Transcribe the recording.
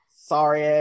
Sorry